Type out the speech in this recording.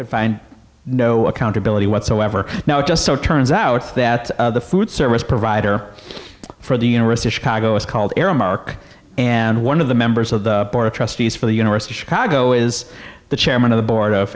could find no accountability whatsoever no it just so turns out that the food service provider for the university of chicago is called aramark and one of the members of the board of trustees for the university chicago is the chairman of the board of